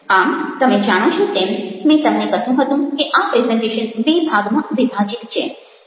આમ તમે જાણો છો તેમ મેં તમને કહ્યું હતું કે આ પ્રેઝન્ટેશન બે ભાગમાં વિભાજિત છે